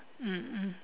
mm mm